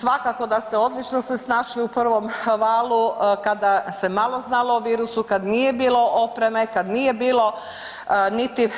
Svakako da ste odlično se snašli u prvom valu kada se malo znalo o virusu, kada nije bilo opreme, kad nije bilo niti